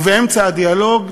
ובאמצע הדיאלוג,